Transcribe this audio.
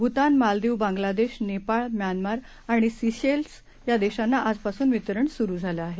भूतानमालदिव Bangladesh Nepal Myanmar आणि Seychelles या देशांना आजपासून वितरण सुरु झालं आहे